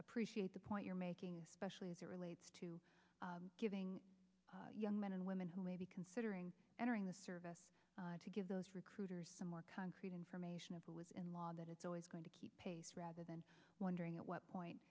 appreciate the point you're making specially as it relates to giving young men and women who may be considering entering the service to give those recruiters some more concrete information within the law that it's always going to keep pace rather than wondering at what point